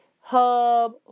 hub